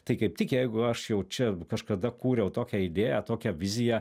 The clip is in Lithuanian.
tai kaip tik jeigu aš jau čia kažkada kūriau tokią idėją tokią viziją